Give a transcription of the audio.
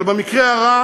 אבל במקרה הרע